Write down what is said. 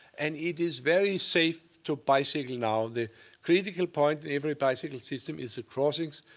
and it is very safe to bicycle now. the critical point in every bicycle system is the crossings.